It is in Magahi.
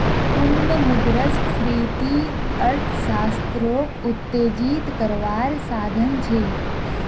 पुनः मुद्रस्फ्रिती अर्थ्शाश्त्रोक उत्तेजित कारवार साधन छे